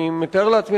אני מתאר לעצמי,